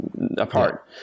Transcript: apart